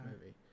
movie